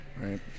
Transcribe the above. right